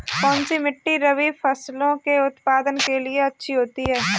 कौनसी मिट्टी रबी फसलों के उत्पादन के लिए अच्छी होती है?